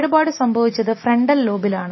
കേടുപാട് സംഭവിച്ചത് ഫ്രണ്ടൽ ലോബിലാണ്